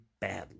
Badly